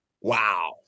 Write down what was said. Wow